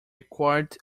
acquired